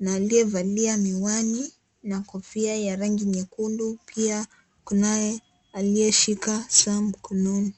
na aliyevalia miwani na kofia ya rangi nyekundu pia kunaye aliyeshika saa mkononi.